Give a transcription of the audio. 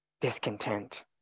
discontent